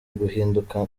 guhinduka